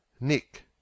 Nick